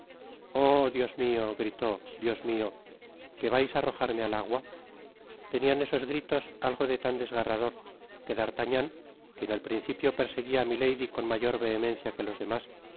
oh dios mio gritó dios mio que vais á arrojarme al agua tenian esos gritos algo de tan desgarrador que d'artagnan quien al principio perseguia á milady con mayor vehemencia que los demás